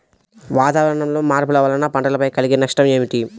వాతావరణంలో మార్పుల వలన పంటలపై కలిగే నష్టం ఏమిటీ?